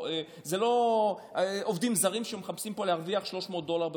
זה לא עובדים זרים שמחפשים להרוויח פה 300 דולר לחודש.